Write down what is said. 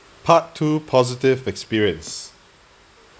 part two positive experience